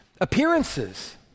appearances